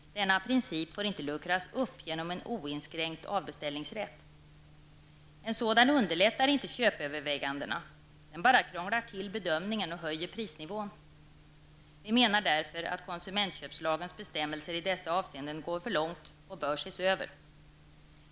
Denna princip får inte luckras upp genom en oinskränkt avbeställningsrätt. En sådan underlättar inte köpövervägandena -- den bara krånglar till bedömningen och höjer prisnivån. Vi menar därför att konsumentköplagens bestämmelser i dessa avseenden går för långt och bör ses över.